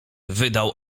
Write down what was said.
wydał